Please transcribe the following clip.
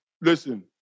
listen